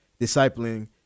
discipling